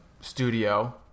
studio